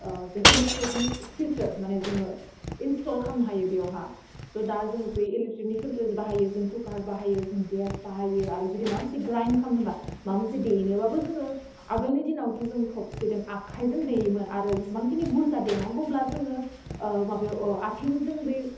ओह जों इलिक्ट्रेकनि फिल्टार माने जोङो इन्सटल खालामनो हायो बेवहा ज दा जोङो बे इलेकट्रिकनि फिल्टार बाहायो जों कुखार बाहायो जों गेस बाहायो आरो जुदि माबा मोनसे ग्राइन खालामनोबा माबा मोनसे देनोबाबो जोङो आोगोलनि दिनावथ' जों थफिजों आखाइजों देयोमोन आरो जेसेबांखिनि बुरजा देनांगौब्ला जोङो ओह माबायाव अह आथिंजों बे